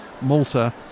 Malta